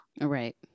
right